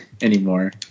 anymore